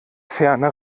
ferne